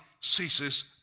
ceases